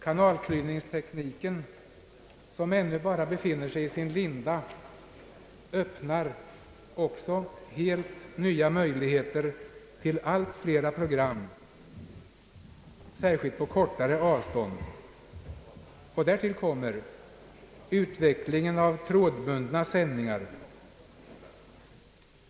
Kanalklyvningstekniken, som ännu bara befinner sig i sin linda, öppnar här helt nya möjligheter till allt flera program, särskilt på kortare avstånd, och därtill kommer utvecklingen av trådbundna sändningar.